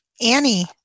Annie